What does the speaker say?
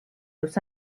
los